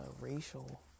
racial